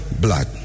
blood